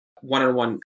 one-on-one